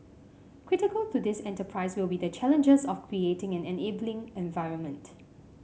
critical to this enterprise will be the challenges of creating an enabling environment